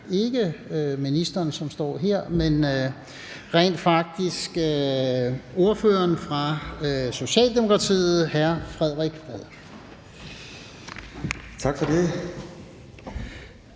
ikke ministeren, som står her, men rent faktisk ordføreren for Socialdemokratiet, hr. Frederik Vad. Kl.